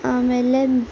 ಆಮೇಲೆ